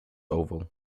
oval